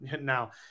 now